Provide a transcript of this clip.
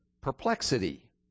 perplexity